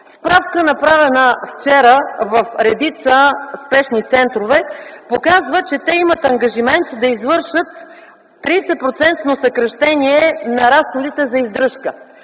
Справка, направена вчера в редица спешни центрове показа, че те имат ангажимент да извършат 30-процентно съкращение на разходите за издръжка.